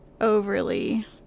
overly